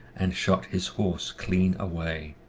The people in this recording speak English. and shot his horse clean away.